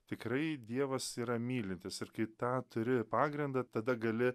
tikrai dievas yra mylintis ir kai tą turi pagrindą tada gali